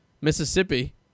Mississippi